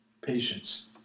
patience